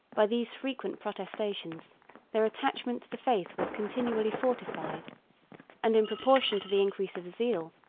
by these frequent protestations their attachment to the faith was continually fortified and in proportion to the increase of zeal,